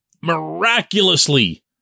miraculously